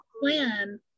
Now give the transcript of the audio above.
plan